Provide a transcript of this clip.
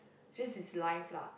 this is life lah